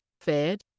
fed